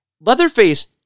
Leatherface